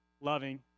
loving